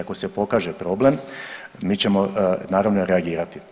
Ako se pokaže problem mi ćemo naravno reagirati.